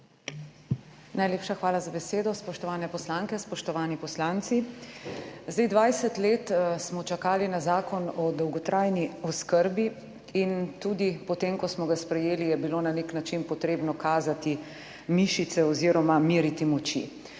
Najlepša hvala za besedo. Spoštovane poslanke, spoštovani poslanci. Zdaj, 20 let smo čakali na Zakon o dolgotrajni oskrbi in tudi potem, ko smo ga sprejeli, je bilo na nek način potrebno kazati mišice oziroma meriti moči.